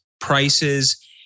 prices